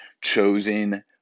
chosen